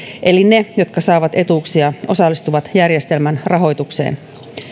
eli ne jotka saavat etuuksia osallistuvat järjestelmän rahoitukseen